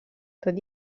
tot